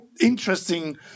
interesting